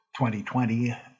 2020